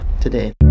today